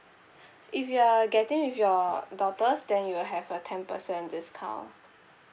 if you are getting with your daughters then you will have a ten percent discount